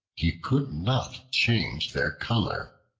he could not change their color,